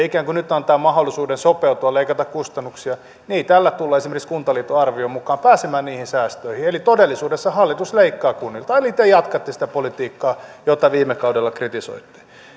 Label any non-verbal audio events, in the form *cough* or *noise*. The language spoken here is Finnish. *unintelligible* ikään kuin nyt antaa mahdollisuuden sopeutua leikata kustannuksia niin ei tällä tulla esimerkiksi kuntaliiton arvion mukaan pääsemään niihin säästöihin eli todellisuudessa hallitus leikkaa kunnilta eli te jatkatte sitä politiikkaa jota viime kaudella kritisoitte